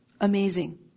amazing